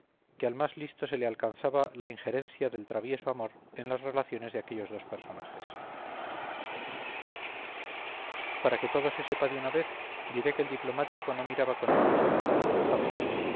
que al más listo se le alcanzaba la injerencia del travieso amor en las relaciones de aquellos dos personajes para que todo se sepa de una vez diré que el diplomático no miraba con malos ojos a la gonzález